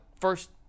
first